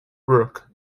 brooke